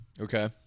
Okay